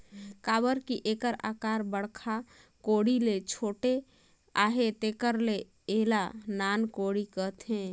काबर कि एकर अकार बड़खा कोड़ी ले छोटे अहे तेकर ले एला नान कोड़ी कहथे